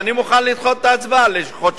אני גם מוכן לדחות את ההצבעה בחודשיים-שלושה,